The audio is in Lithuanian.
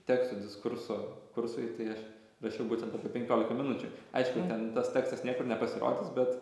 tekstų diskurso kursui tai aš rašiau būtent apie penkiolika minučių aišku ten tas tekstas niekur nepasirodys bet